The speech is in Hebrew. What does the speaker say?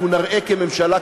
אנחנו נראה כממשלה,